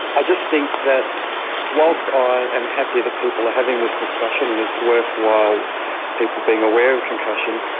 i just think that whilst i am happy that people are having this discussion and its worthwhile people being aware of concussion,